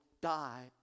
die